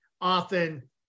often